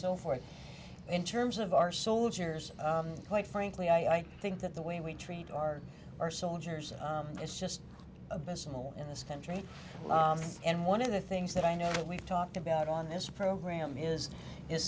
so forth in terms of our soldiers and quite frankly i think that the way we treat our our soldiers is just abysmal in this country and one of the things that i know that we've talked about on this program is is